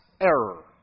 error